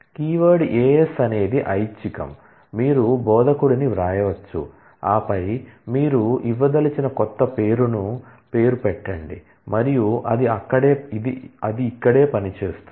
keyword AS అనేది optional మీరు బోధకుడిని వ్రాయవచ్చు ఆపై మీరు ఇవ్వదలచిన క్రొత్త పేరును పేరు పెట్టండి మరియు అది ఇక్కడే పని చేస్తుంది